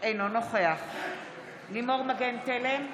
נוכח לימור מגן תלם,